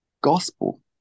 gospel